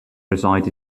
reside